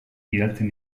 bidaltzen